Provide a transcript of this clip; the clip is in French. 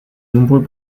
nombreux